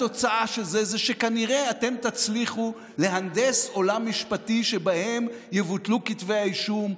התוצאה היא שכנראה אתם תצליחו להנדס עולם משפטי שבו יבוטלו כתבי האישום,